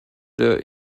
der